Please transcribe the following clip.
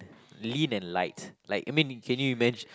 lean and light like I mean can you imagine